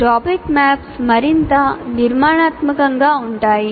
Topic maps మరింత నిర్మాణాత్మకంగా ఉంటాయి